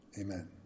amen